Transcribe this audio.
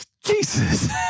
Jesus